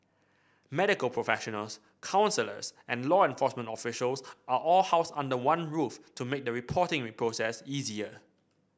medical professionals counsellors and law enforcement officials are all housed under one roof to make the reporting process easier